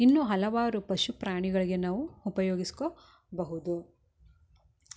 ಇನ್ನು ಹಲವಾರು ಪಶು ಪ್ರಾಣಿಗಳಿಗೆ ನಾವು ಉಪಯೋಗಿಸ್ಕೊಬಹುದು